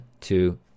two